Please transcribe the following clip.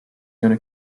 going